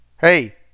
Hey